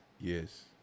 Yes